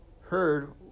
heard